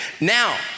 Now